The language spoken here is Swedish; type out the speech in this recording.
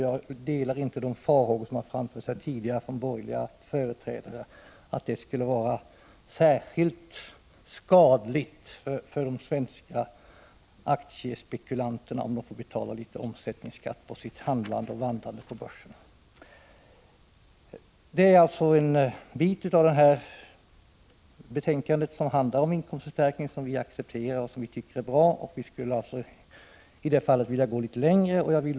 Jag delar inte de farhågor som framförts här tidigare från företrädare för de borgerliga partierna att det skulle vara särskilt skadligt för de svenska aktiespekulanterna om de fick betala litet omsättningsskatt på sitt handlande och vandlande på börsen. Det är alltså en del av det här betänkandet som handlar om inkomstförstärkningar som vi accepterar och tycker är bra. Vi skulle i det fallet vilja gå litet längre än regeringen vill.